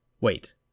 Wait